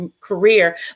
career